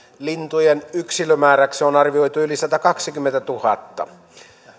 lintujen yksilömääräksi on arvioitu yli satakaksikymmentätuhatta